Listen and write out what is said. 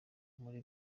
muri